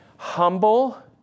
Humble